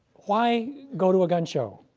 why go to a gun show?